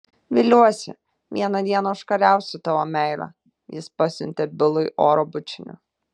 viliuosi vieną dieną užkariausiu tavo meilę jis pasiuntė bilui oro bučinį